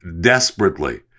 desperately